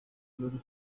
gihugu